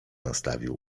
nastawił